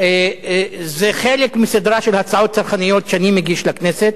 זה חלק מסדרה של הצעות צרכניות שאני מגיש לכנסת.